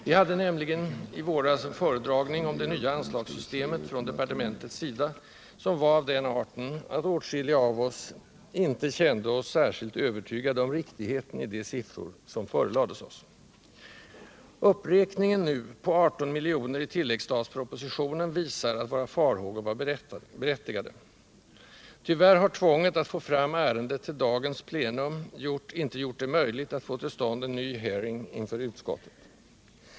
Vi fick nämligen i våras av departementet en föredragning om det nya anslagssystemet, vilken var av den arten att åtskilliga av oss inte kände sig särskilt övertygade om riktigheten i de siffror som förelades oss. Uppräkningen nu på 18 milj.kr. i tilläggsstatspropositionen visar att våra farhågor var berättigade. Tyvärr har tvånget att få fram ärendet till dagens plenum inte gjort det möjligt att få till stånd en ny hearing inför utskottet.